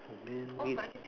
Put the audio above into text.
oh man